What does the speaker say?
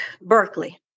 Berkeley